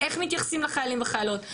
איך מתייחסים לחיילים וחיילות,